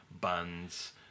buns